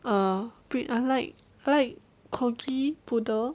err breed I like like corgi poodle